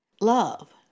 love